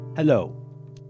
hello